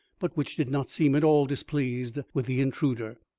but which did not seem at all displeased with the intruder.